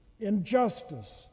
Injustice